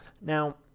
Now